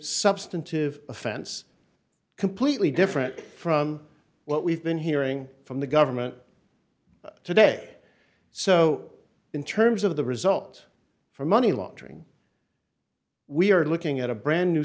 substantive offense completely different from what we've been hearing from the government today so in terms of the result for money laundering we're looking at a brand new